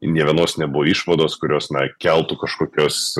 nė vienos nebuvo išvados kurios na keltų kažkokios